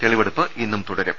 തെളിവെടുപ്പ് ഇന്നും തുടരും